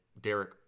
Derek